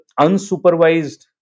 unsupervised